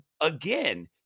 again